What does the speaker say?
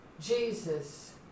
Jesus